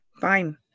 Fine